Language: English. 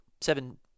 seven